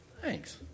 Thanks